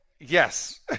Yes